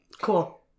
Cool